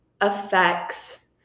affects